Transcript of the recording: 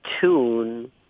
tune